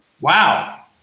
Wow